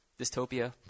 Dystopia